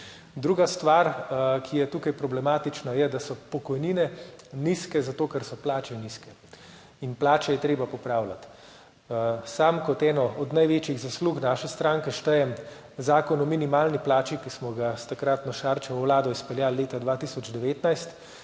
Druga stvar, ki je tukaj problematična, je, da so pokojnine nizke, zato ker so plače nizke. In plače je treba popravljati. Sam kot eno od največjih zaslug naše stranke štejem Zakon o minimalni plači, ki smo ga s takratno Šarčevo vlado izpeljali leta 2019,